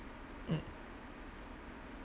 mm